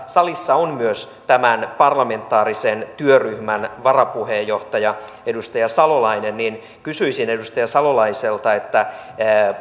täällä salissa on myös tämän parlamentaarisen työryhmän varapuheenjohtaja edustaja salolainen niin kysyisin edustaja salolaiselta